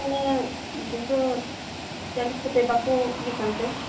ᱢᱟᱱᱮ ᱫᱩᱥᱚ ᱪᱚᱞᱽᱞᱤᱥ ᱠᱟᱛᱮ ᱵᱟᱠᱚ ᱤᱭᱟᱹᱜ ᱠᱟᱱ ᱛᱮ